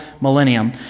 millennium